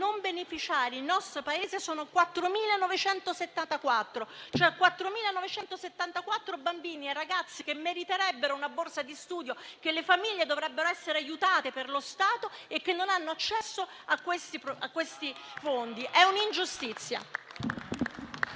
beneficiari sono 4.974: 4.974 bambini e ragazzi meriterebbero una borsa di studio, le cui famiglie dovrebbero essere aiutate dallo Stato e non hanno accesso a tali fondi. È un'ingiustizia.